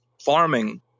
farming